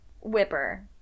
whipper